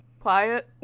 quiet.